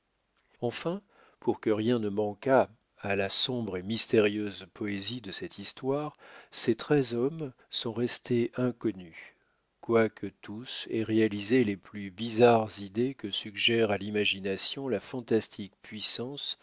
enfin pour que rien ne manquât à la sombre et mystérieuse poésie de cette histoire ces treize hommes sont restés inconnus quoique tous aient réalisé les plus bizarres idées que suggère à l'imagination la fantastique puissance